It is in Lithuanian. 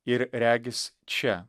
ir regis čia